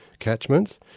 catchments